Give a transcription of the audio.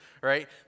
right